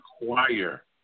require